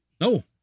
No